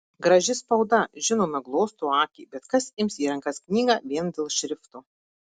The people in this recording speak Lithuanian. graži spauda žinoma glosto akį bet kas ims į rankas knygą vien dėl šrifto